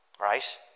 Right